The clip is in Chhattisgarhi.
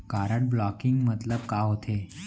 कारड ब्लॉकिंग मतलब का होथे?